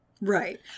Right